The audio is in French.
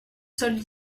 seuls